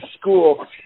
school